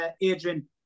Adrian